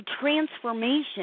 transformation